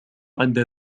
عند